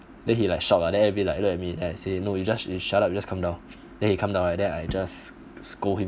then he like shocked lah then he will be like look at me then I say no you just you shut up you just come down then he come down like that I just scold him